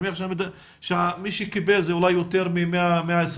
אני מניח שמי שקיבל זה יותר מ-120,000.